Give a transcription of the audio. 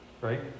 right